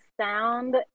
sound